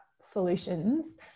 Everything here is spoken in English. solutions